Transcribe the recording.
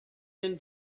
been